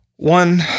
One